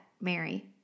Mary